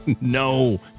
No